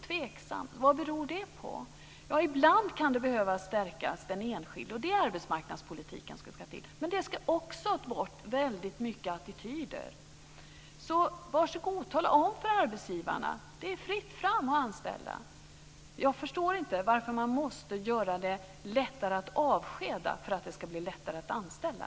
Ibland kan den enskilde behöva stärkas. Då är det arbetsmarknadspolitiken som ska till. Men det är också väldigt många attityder som måste bort. Var så god, tala om för arbetsgivarna att det är fritt fram att anställa. Jag förstår inte varför man måste göra det lättare att avskeda för att det ska bli lättare att anställa.